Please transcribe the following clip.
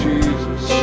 Jesus